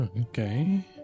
okay